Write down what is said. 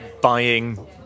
buying